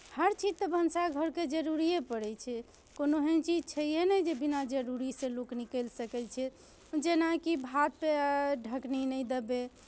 हर चीज तऽ भनसा घरके जरूरिए पड़ै छै कोनो एहन चीज छैहे नहि जे बिना जरूरीसँ लोक निकलि सकै छै जेनाकि भात पे ढकनी नहि देबै